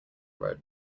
road